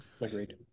agreed